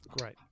Great